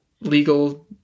legal